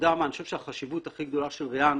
אני חושב שהחשיבות הכי גדולה של ריאן,